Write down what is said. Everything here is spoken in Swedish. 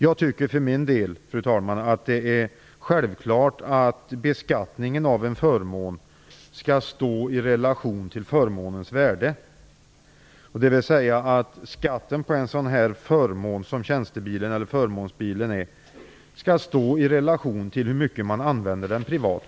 Jag tycker att det är självklart att beskattningen av en förmån skall stå i relation till förmånens värde, dvs. skatten på en sådan förmån som tjänstebilen utgör skall stå i relation till hur mycket man använder den privat.